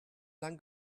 lange